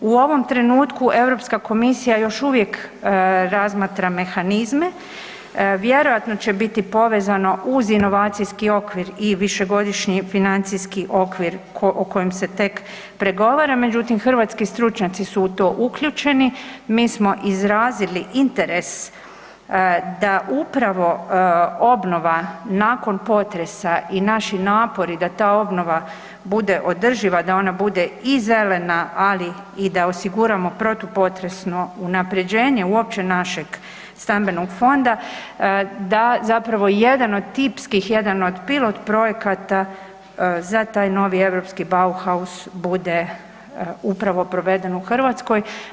U ovom trenutku EU komisija još uvijek razmatra mehanizme, vjerojatno će biti povezano uz inovacijski okvir i Višegodišnji financijski okvir o kojem se tek pregovara, međutim, hrvatski stručnjaci su u to uključeni, mi smo izrazili interes da upravo obnova nakon potresa i naši napori da ta obnova bude održiva, da ona bude i zelena, ali i da osiguramo protupotresno unaprjeđenje uopće našeg stambenog fonda, da zapravo jedan od tipskih, jedan od pilot-projekata za taj Novi europskih Bauhaus bude upravo proveden u Hrvatskoj.